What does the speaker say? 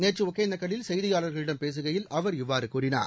நேற்று ஒகனேக்கலில் செய்தியாளர்களிடம் பேசுகையில் அவர் இவ்வாறு கூறினார்